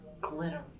Glitter